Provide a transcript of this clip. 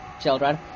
children